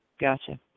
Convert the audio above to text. gotcha